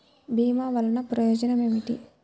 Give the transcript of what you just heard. భీమ వల్లన ప్రయోజనం ఏమిటి?